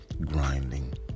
grinding